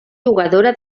jugadora